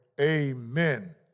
Amen